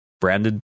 branded